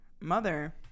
Mother